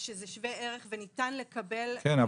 שזה שווה ערך וניתן לקבל --- כן,